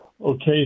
Okay